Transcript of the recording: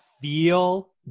feel